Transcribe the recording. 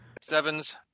Sevens